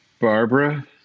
Barbara